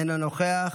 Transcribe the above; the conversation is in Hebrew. אינו נוכח.